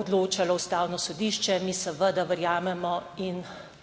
odločalo Ustavno sodišče. Mi seveda verjamemo in